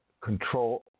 control